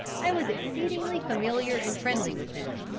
i was exceedingly familiar and friendly with them,